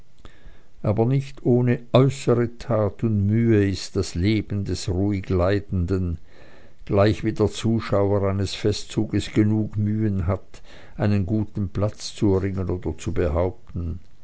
auch nicht ohne äußere tat und mühe ist das sehen des ruhig leidenden gleichwie der zuschauer eines festzuges genug mühe hat einen guten platz zu erringen oder zu behaupten